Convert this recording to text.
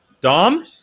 Dom